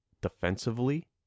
defensively